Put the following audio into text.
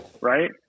right